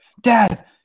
Dad